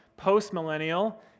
post-millennial